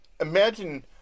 imagine